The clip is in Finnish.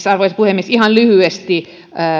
arvoisa puhemies ihan lyhyesti